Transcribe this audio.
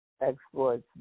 Exports